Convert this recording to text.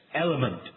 element